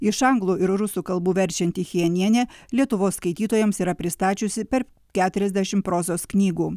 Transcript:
iš anglų ir rusų kalbų verčianti chijenienė lietuvos skaitytojams yra pristačiusi per keturiasdešimt prozos knygų